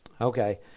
okay